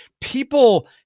People